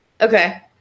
okay